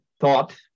thought